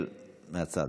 מהצד.